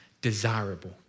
desirable